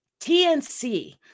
TNC